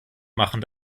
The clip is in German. machen